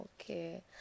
okay